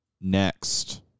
Next